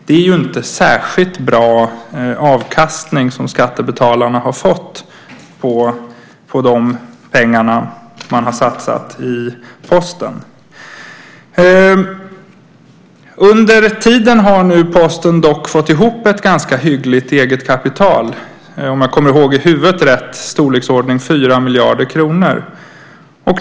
Det är inte en särskilt bra avkastning som skattebetalarna har fått på de pengar som satsats i Posten. Under tiden har dock Posten fått ihop ett ganska hyggligt eget kapital - om jag minns rätt i storleksordningen 4 miljarder kronor.